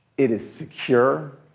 it is secure.